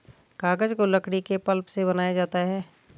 कागज को लकड़ी के पल्प से बनाया जाता है